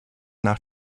nach